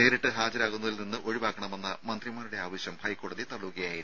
നേരിട്ട് ഹാജരാകുന്നതിൽ നിന്ന് ഒഴിവാക്കണമെന്ന മന്ത്രിമാരുടെ ആവശ്യം ഹൈക്കോടതി തള്ളുകയായിരുന്നു